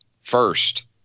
first